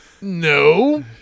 No